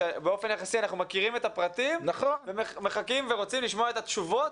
שבאופן יחסי אנחנו מכירים את הפרטים ומחכים ורוצים לשמוע את התשובות,